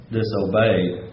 disobeyed